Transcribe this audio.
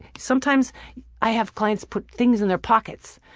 sometimes i have clients put things in their pockets,